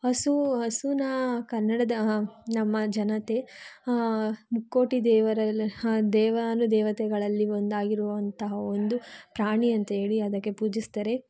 ಹಸುವು ಹಸುನ ಕನ್ನಡದ ನಮ್ಮ ಜನತೆ ಮುಕ್ಕೋಟಿ ದೇವರಲ್ಲಿ ದೇವಾನುದೇವತೆಗಳಲ್ಲಿ ಒಂದಾಗಿರುವಂತಹ ಒಂದು ಪ್ರಾಣಿ ಅಂಥೇಳಿ ಅದಕ್ಕೆ ಪೂಜಿಸ್ತಾರೆ